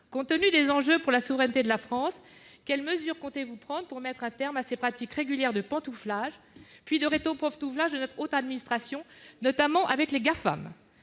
Compte tenu des enjeux pour la souveraineté de la France, quelles mesures comptez-vous prendre pour mettre un terme à ces pratiques régulières de pantouflage, puis de rétropantouflage de notre haute administration, notamment avec les Gafam ?